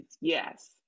yes